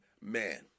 man